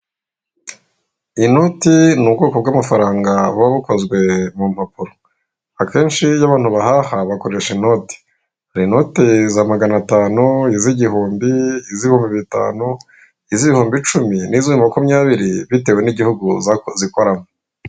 Inote ni ubwoko bw'amafaranga buba bukozwe mu mpapuro, akenshi iyo abantu bahaha bakoresha inote. Hari inote za maganatanu, iz'igihumbi, iz'ibihumbi bitanu, iz'ibihumbi icumi n'iz'ibihumbi makumyabiri bitewe n'igihugu zikoramo.